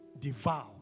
devour